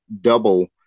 double